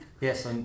Yes